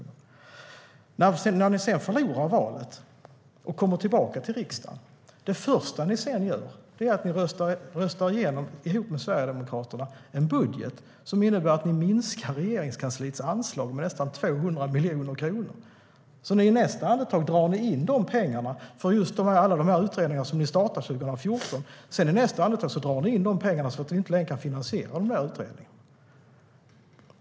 När ni sedan förlorade valet och kom tillbaka till riksdagen är det första ni gör att ni ihop med Sverigedemokraterna röstar igenom en budget som innebär en minskning av Regeringskansliets anslag med nästan 200 miljoner kronor. I nästa andetag drar ni in pengarna för alla de utredningar som ni startade 2014.